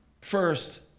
First